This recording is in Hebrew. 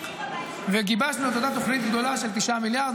גיבשנו תוכנית גדולה של 9 מיליארד,